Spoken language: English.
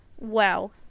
Wow